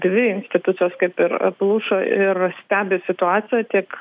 dvi institucijos kaip ir pluša ir stebi situaciją tiek